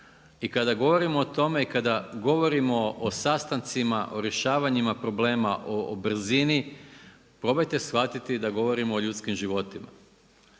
i kada govorimo o tome i kada govorimo o sastancima, o rješavanjima problema, o brzini probajte shvatiti da govorimo o ljudskim životima.